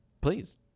Please